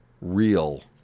real